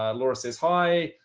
um laura says hi.